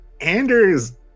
Anders